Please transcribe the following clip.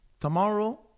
tomorrow